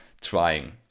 trying